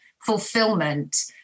fulfillment